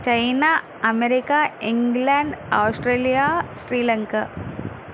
China America England Australia Sri Lanka